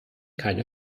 keine